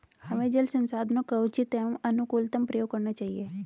हमें जल संसाधनों का उचित एवं अनुकूलतम प्रयोग करना चाहिए